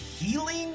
healing